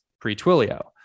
pre-Twilio